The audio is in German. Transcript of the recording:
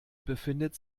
befindet